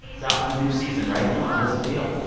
it's out with a new season right now. how does it feel?